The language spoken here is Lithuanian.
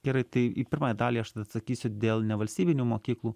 gerai tai į pirmąją dalį aš tada atsakysiu dėl nevalstybinių mokyklų